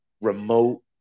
remote